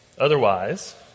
Otherwise